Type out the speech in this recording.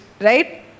Right